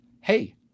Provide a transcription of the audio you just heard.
hey